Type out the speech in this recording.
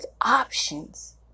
options